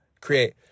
create